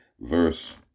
verse